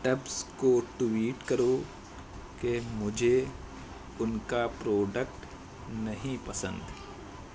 ٹبز کو ٹویٹ کرو کہ مجھے ان کا پروڈکٹ نہیں پسند